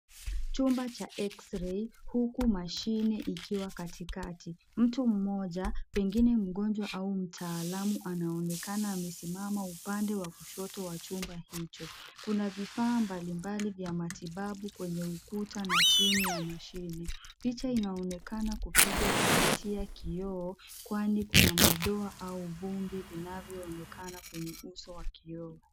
Chumba cha x-ray huku machine ikiwa katikati, mtu mmoja pengine mgonjwa au mtaalamu anaonekama amesimama upande wa kushoto wa chumba hicho. Kuna vifaa mbali mbali vya matibabu kwenye ukuta na chini ya machine. Picha inaonekana kupigwa kupitia kio kwani kuna madoa au vumbi inavyooneka kwenye uso wa kio.